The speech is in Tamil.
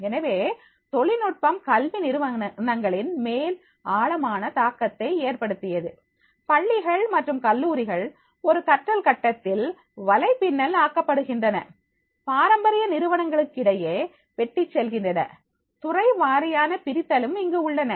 எனவே தொழில்நுட்பம் கல்வி நிறுவனங்களின் மேல் ஆழமான தாக்கத்தை ஏற்படுத்தியது பள்ளிகள் மற்றும் கல்லூரிகள் ஒரு கற்றல் கட்டத்தில் வலைப்பின்னல் ஆக்கப்படுகின்றன பாரம்பரிய நிறுவனங்களுக்கிடையே வெட்டி செல்கின்றன துறை வாரியான பிரித்தலும் இங்கு உள்ளன